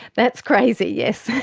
that's crazy, yes.